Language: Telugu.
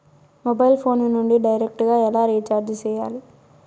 మొబైల్ ఫోను నుండి డైరెక్టు గా ఎలా రీచార్జి సేయాలి